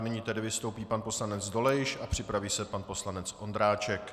Nyní tedy vystoupí pan poslanec Dolejš a připraví se pan poslanec Ondráček.